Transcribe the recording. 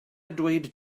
dweud